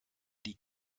die